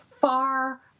far